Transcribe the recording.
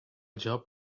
job